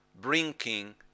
bringing